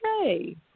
okay